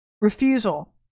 refusal